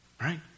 Right